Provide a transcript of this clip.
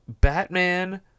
Batman